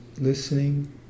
listening